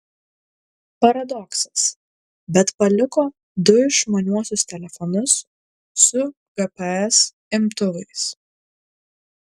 paradoksas bet paliko du išmaniuosius telefonus su gps imtuvais